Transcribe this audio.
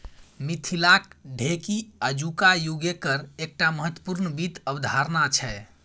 मिथिलाक ढेकी आजुक युगकेर एकटा महत्वपूर्ण वित्त अवधारणा छै